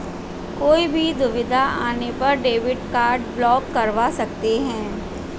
कोई भी दुविधा आने पर डेबिट कार्ड ब्लॉक करवा सकते है